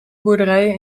boerderijen